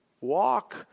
walk